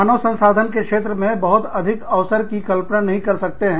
मानव संसाधन के क्षेत्र में बहुत अधिक अवसर की कल्पना नहीं कर सकते हैं